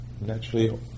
naturally